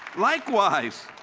likewise,